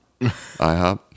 ihop